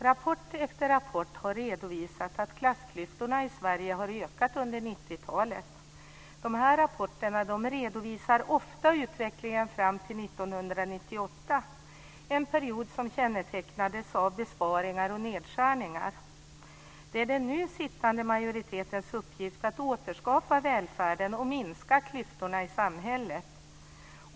Rapport efter rapport har redovisat att klassklyftorna i Sverige har ökat under 90-talet. Rapporterna redovisar ofta utvecklingen fram till 1998, en period som kännetecknades av besparingar och nedskärningar. Det är den nu sittande majoritetens uppgift att återskapa välfärden och minska klyftorna i samhället.